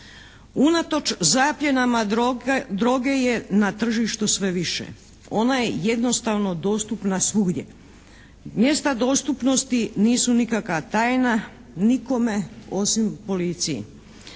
Unatoč zapljenama droge je na tržištu sve više. Ona je jednostavno dostupna svugdje. Mjesta dostupnosti nisu nikakva tajna nikome osim policiji.